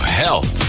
health